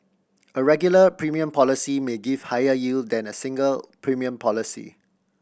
a regular premium policy may give higher yield than a single premium policy